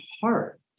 heart